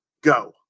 go